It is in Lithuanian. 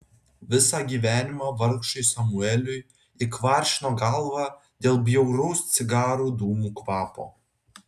visą gyvenimą vargšui samueliui ji kvaršino galvą dėl bjauraus cigarų dūmų kvapo